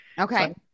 Okay